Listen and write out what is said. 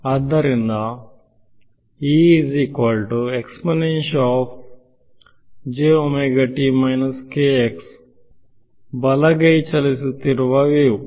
ಆದ್ದರಿಂದ ಬಲಗೈ ಚಲಿಸುತ್ತಿರುವ ವೇವ್